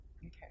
Okay